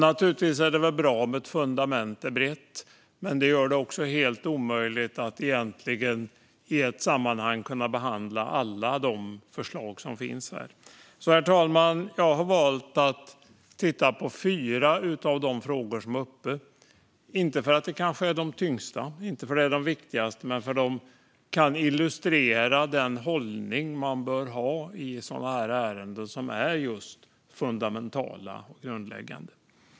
Naturligtvis är det bra om ett fundament är brett, men det gör det också helt omöjligt att i ett sammanhang behandla alla de förslag som finns här. Herr talman! Jag har valt att titta på fyra av de frågor som är uppe, inte för att de är de tyngsta eller viktigaste men för att de kan illustrera den hållning man bör ha i sådana ärenden som är just fundamentala och grundläggande.